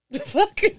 fuck